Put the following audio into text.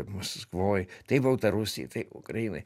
maskvoj tai baltarusijoj tai ukrainoji